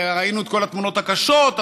ראינו את כל התמונות הקשות,